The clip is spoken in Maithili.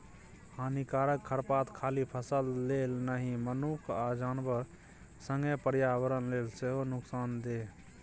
हानिकारक खरपात खाली फसल लेल नहि मनुख आ जानबर संगे पर्यावरण लेल सेहो नुकसानदेह